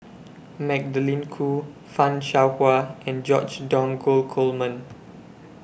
Magdalene Khoo fan Shao Hua and George Dromgold Coleman